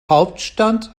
hauptstadt